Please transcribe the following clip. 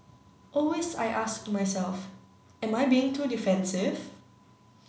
always I ask myself am I being too defensive